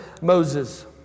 Moses